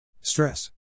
Stress